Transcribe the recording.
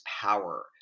power